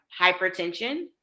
hypertension